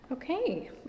Okay